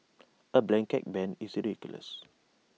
A blanket ban is ridiculous